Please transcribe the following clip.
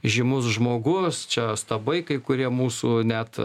žymus žmogus čia stabai kai kurie mūsų net